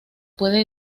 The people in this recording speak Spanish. puede